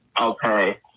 Okay